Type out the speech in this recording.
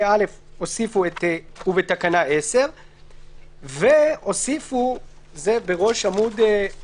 (א)" הוסיפו את "ובתקנה 10". בראש עמ' 6,